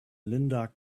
linda